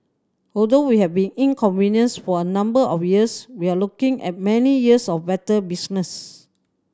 although we have been inconvenienced for a number of years we are looking at many years of better business